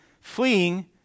fleeing